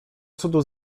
cudu